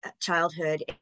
childhood